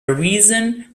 arisen